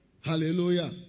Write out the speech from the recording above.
Hallelujah